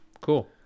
Cool